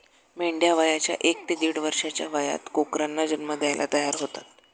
मेंढ्या वयाच्या एक ते दीड वर्षाच्या वयात कोकरांना जन्म द्यायला तयार होतात